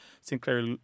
Sinclair